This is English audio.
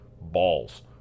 balls